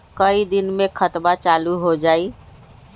कई दिन मे खतबा चालु हो जाई?